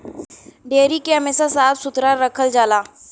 dairy के हमेशा साफ सुथरा रखल जाला